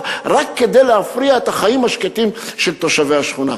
רק כדי להפריע את החיים השקטים של תושבי השכונה.